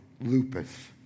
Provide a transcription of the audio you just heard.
lupus